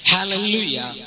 Hallelujah